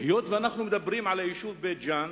היות שאנחנו מדברים על היישוב בית-ג'ן.